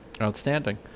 Outstanding